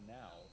now